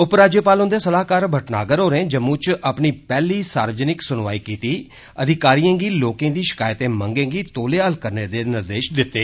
उपराज्यपाल हुन्दे सलाहकार भट्टनागर होरें जम्मू च अपनी पैहली सार्वजनिक स्नवाई कीती अधिकारियें गी लोकें दी शिकायतें मंगें गी तौले हल करने दे निर्देश दिते